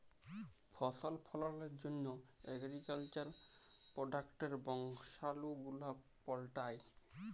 ফসল ফললের জন্হ এগ্রিকালচার প্রডাক্টসের বংশালু গুলা পাল্টাই